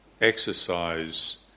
exercise